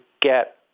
get